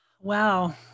Wow